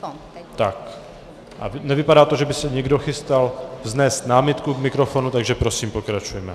A nevypadá to, že by se někdo chystal vznést námitku k mikrofonu, takže prosím, pokračujeme.